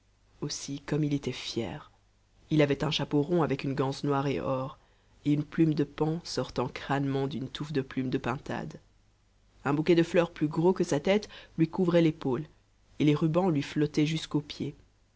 aussi comme il était fier il avait un chapeau rond avec une ganse noir et or et une plume de paon sortant crânement d'une touffe de plumes de pintade un bouquet de fleurs plus gros que sa tête lui couvrait l'épaule et les rubans lui flottaient jusqu'aux pieds